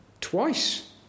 twice